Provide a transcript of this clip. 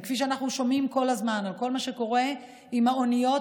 וכפי שאנחנו שומעים כל הזמן על כל מה שקורה עם האוניות